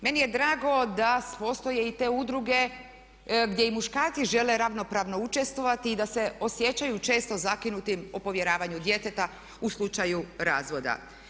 Meni je drago da postoje i te udruge gdje i muškarci žele ravnopravno učestvovati i da se osjećaju često zakinutim o povjeravanju djeteta u slučaju razvoda.